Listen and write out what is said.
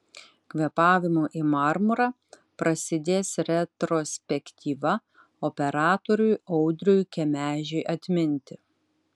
kvėpavimu į marmurą prasidės retrospektyva operatoriui audriui kemežiui atminti